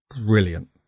brilliant